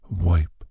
wipe